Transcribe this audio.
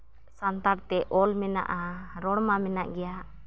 ᱥᱟᱱᱛᱟᱲᱛᱮ ᱚᱞ ᱢᱮᱱᱟᱜᱼᱟ ᱨᱚᱲ ᱢᱟ ᱢᱮᱱᱟᱜ ᱜᱮᱭᱟ